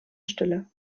stille